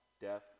death